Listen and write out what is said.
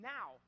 Now